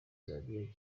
zambia